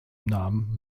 namen